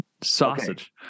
sausage